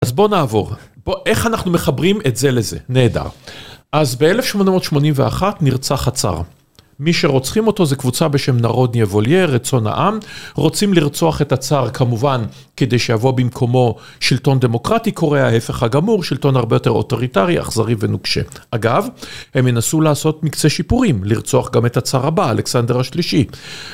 אז בואו נעבור, איך אנחנו מחברים את זה לזה? נהדר, אז ב-1881 נרצח הצר, מי שרוצחים אותו זה קבוצה בשם נרודניה ווליאר, רצון העם, רוצים לרצוח את הצר כמובן, כדי שיבוא במקומו שלטון דמוקרטי, קורה ההפך הגמור, שלטון הרבה יותר אוטוריטרי, אכזרי ונוגשה. אגב, הם ינסו לעשות מקצה שיפורים - לרצוח גם את הצר הבא, אלכסנדר השלישי.